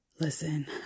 Listen